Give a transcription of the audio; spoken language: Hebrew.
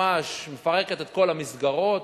ממש מפרקת את כל המסגרות,